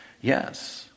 Yes